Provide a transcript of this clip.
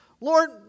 Lord